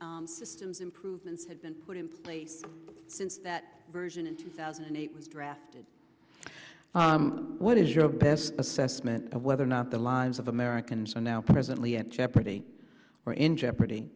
many systems improvements have been put in place since that version in two thousand and eight was drafted what is your best assessment of whether or not the lives of americans are now presently at jeopardy or in jeopardy